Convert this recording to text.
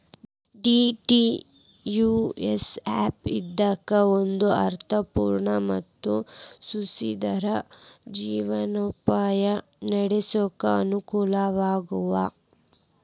DDUAY ಇದ್ದಿದ್ದಕ್ಕ ಒಂದ ಅರ್ಥ ಪೂರ್ಣ ಮತ್ತ ಸುಸ್ಥಿರ ಜೇವನೊಪಾಯ ನಡ್ಸ್ಲಿಕ್ಕೆ ಅನಕೂಲಗಳಾಗ್ತಾವ